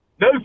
No